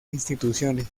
instituciones